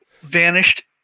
vanished